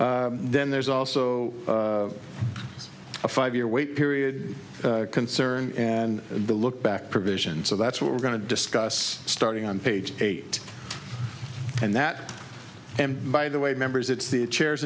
then there's also a five year wait period concerned and the look back provision so that's what we're going to discuss starting on page eight and that and by the way members it's the chairs